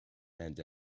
and